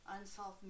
Unsolved